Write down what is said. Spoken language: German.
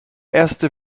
erste